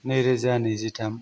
नैरोजा नैजिथाम